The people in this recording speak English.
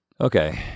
Okay